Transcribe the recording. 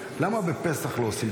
למה בפסח לא עושים?